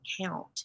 count